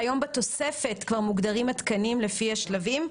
שהיום בתוספת כבר מוגדרים התקנים לפי השלבים.